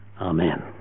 Amen